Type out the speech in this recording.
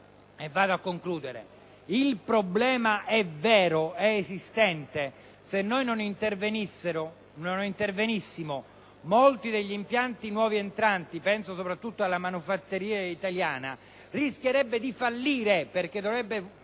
Il problema è vero, esiste e, se non intervenissimo, molti degli impianti nuovi entranti - penso ad esempio alla manifattura italiana - rischierebbero di fallire, perché dovrebbero